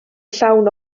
llawn